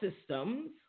systems